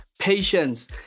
patience